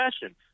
fashion